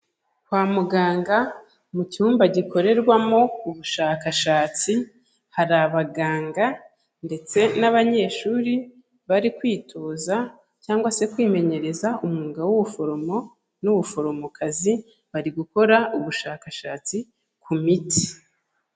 Kwa muganga mu cyumba gikorerwamo ubushakashatsi, hari abaganga ndetse n’abanyeshuri bari kwitoza cyangwa se kwimenyereza umwuga w’ubuforomo n’ubuforomokazi, bari gukora ubushakashatsi ku miti.